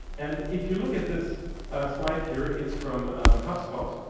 and if you look at this slide here it's from hubspot.